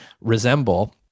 resemble